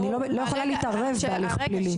אני לא יכולה להתערב בהליך פלילי.